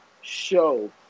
Show